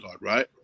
right